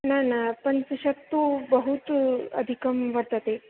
न न पञ्चशतं तु बहुत अधिकं वर्तते